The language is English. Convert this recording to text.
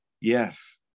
yes